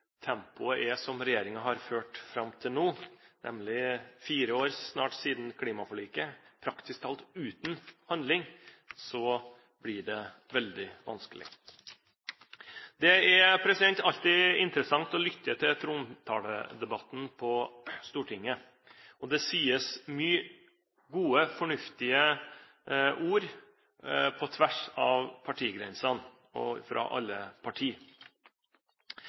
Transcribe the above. tempoet er slik regjeringen har ført fram til nå – det er nemlig snart fire år praktisk talt uten handling siden klimaforliket – så blir det veldig vanskelig. Det er alltid interessant å lytte til trontaledebatten på Stortinget. Det sies mange gode, fornuftige ord på tvers av partigrensene og fra alle